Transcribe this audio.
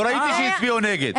לא ראיתי שהצביעו נגד.